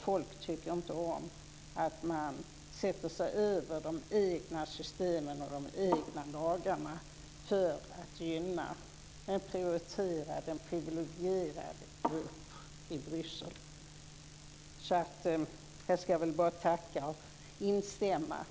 Folk tycker inte om att man sätter sig över de egna systemen och de egna lagarna för att gynna en privilegierad grupp i Bryssel. Så jag vill bara tacka och instämma.